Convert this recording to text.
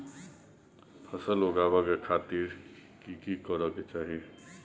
फसल उगाबै के खातिर की की करै के चाही?